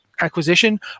acquisition